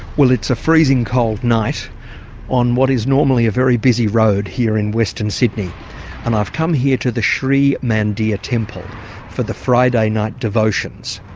well it's a freezing cold night on what is normally a very busy road here in western sydney and i've come here to the sri mandir temple for the friday night devotions.